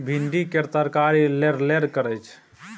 भिंडी केर तरकारी लेरलेर करय छै